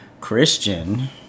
Christian